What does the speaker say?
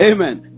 Amen